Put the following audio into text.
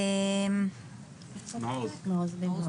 בבקשה מעוז.